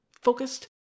focused